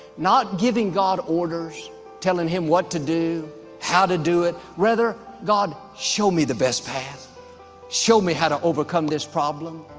not giving god orders telling him what to do how to do it. rather god. show me the best path show me how to overcome this problem.